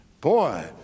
boy